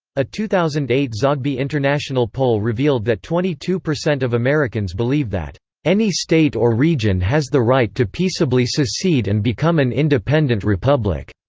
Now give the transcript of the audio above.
a two thousand and eight zogby international poll revealed that twenty two percent of americans believe that any state or region has the right to peaceably secede and become an independent republic.